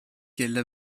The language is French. qu’elles